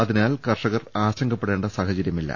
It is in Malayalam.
അതിനാൽ കർഷകർ ആശ ങ്കപ്പെടേണ്ട സാഹചര്യമില്ല